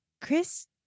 Chris